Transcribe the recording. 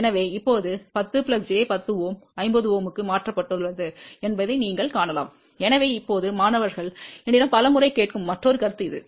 எனவே இப்போது 10 j 10 Ω 50 Ω க்கு மாற்றப்பட்டுள்ளது என்பதை நீங்கள் காணலாம் எனவே இப்போது மாணவர்கள் என்னிடம் பல முறை கேட்கும் மற்றொரு கருத்து இது